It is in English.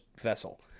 vessel